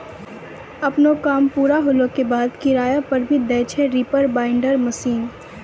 आपनो काम पूरा होला के बाद, किराया पर भी दै छै रीपर बाइंडर मशीन